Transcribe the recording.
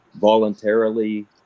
voluntarily